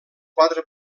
quatre